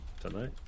tonight